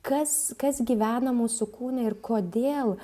kas kas gyvena mūsų kūne ir kodėl